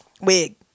Wig